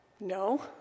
No